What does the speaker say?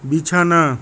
বিছানা